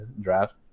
draft